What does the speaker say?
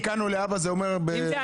מכאן ולהבא זה אומר ב-2025,